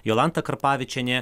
jolanta karpavičienė